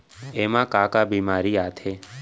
एमा का का बेमारी आथे?